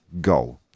go